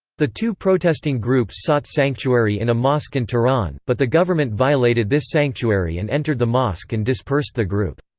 the two protesting groups sought sanctuary in a mosque in tehran, but the government violated this sanctuary and entered the mosque and dispersed the group.